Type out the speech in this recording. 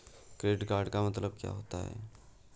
Credit का मतलब क्या होता है?